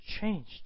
changed